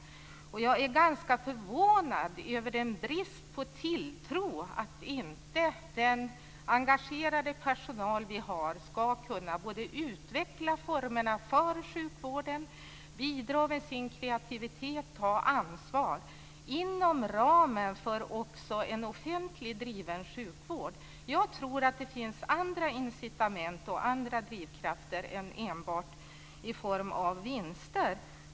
Jag är ganska förvånad över bristen på tilltro till att den engagerade personalen skulle kunna utveckla formerna för sjukvården, bidra med sin kreativitet och ta ansvar inom ramen för en offentligt driven sjukvård. Jag tror att det finns andra incitament och andra drivkrafter än enbart vinster.